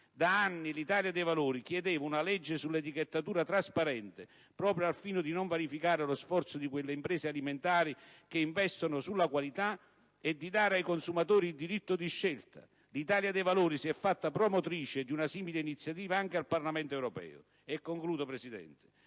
Da anni l'Italia dei Valori chiedeva una legge sull'etichettatura trasparente, proprio al fine di non vanificare lo sforzo di quelle imprese alimentari che investono sulla qualità e di dare ai consumatori il diritto di scelta. L'Italia dei Valori si è fatta promotrice di una simile iniziativa anche al Parlamento europeo. Certo, da